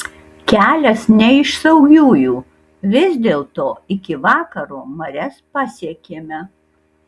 kelias ne iš saugiųjų vis dėlto iki vakaro marias pasiekėme